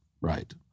right